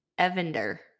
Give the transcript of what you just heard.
Evander